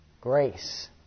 Grace